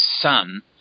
son